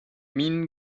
minen